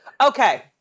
Okay